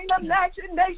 imagination